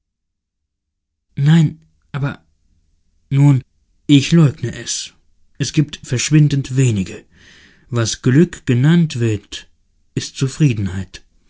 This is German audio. du nein aber nun ich leugne es es gibt verschwindend wenige was glück genannt wird ist zufriedenheit